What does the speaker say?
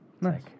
Nice